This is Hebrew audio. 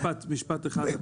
אני רוצה להגיד משפט אחד.